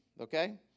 okay